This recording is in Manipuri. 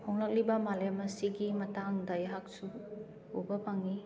ꯍꯣꯡꯂꯛꯂꯤꯕ ꯃꯥꯂꯦꯝ ꯑꯁꯤꯒꯤ ꯃꯇꯥꯡꯗ ꯑꯩꯍꯥꯛꯁꯨ ꯎꯕ ꯐꯪꯉꯤ